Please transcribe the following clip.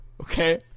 Okay